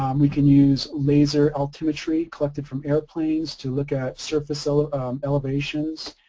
um we can use laser altimetry collected from airplanes to look at surface ah elevations.